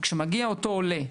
וכשמגיע אותו עולה,